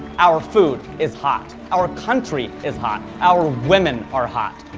our food is hot. our country is hot. our women are hot.